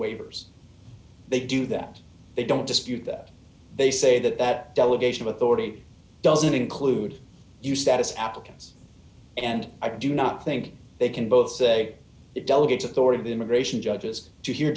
waivers they do that they don't dispute that they say that that delegation of authority doesn't include you status applicants and i do not think they can both say it delegates authority of immigration judges to hear